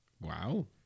Wow